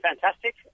fantastic